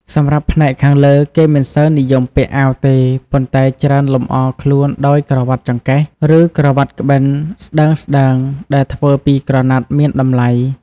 សម្រាប់ផ្នែកខាងលើ គេមិនសូវនិយមពាក់អាវទេ ប៉ុន្តែច្រើនលម្អខ្លួនដោយ ក្រវាត់ចង្កេះ ឬក្រវាត់ក្បិនស្តើងៗដែលធ្វើពីក្រណាត់មានតម្លៃ។